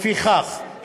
לפיכך,